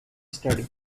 study